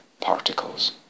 particles